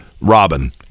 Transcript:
robin